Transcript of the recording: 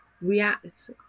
react